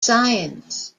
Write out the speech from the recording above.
science